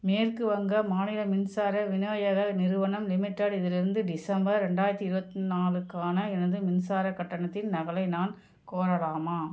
மேற்கு வங்க மாநில மின்சார விநோயக நிறுவனம் லிமிட்டெடிலிருந்து டிசம்பர் ரெண்டாயிரத்தி இருபத்தி நாலுக்கான எனது மின்சார கட்டணத்தின் நகலை நான் கோரலாமா